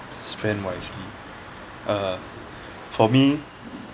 spend wisely uh for me